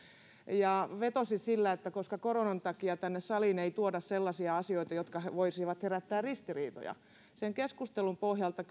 ja vetosi siihen että koronan takia tänne saliin ei tuoda sellaisia asioita jotka voisivat herättää ristiriitoja sen keskustelun pohjalta